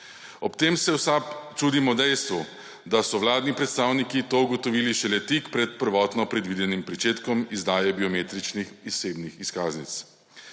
Ob tem se v SAB čudimo dejstvu, da so vladni predstavniki to ugotovili šele tik pred prvotno predvidenim pričetkom izdaje biometričnih osebnih izkaznic.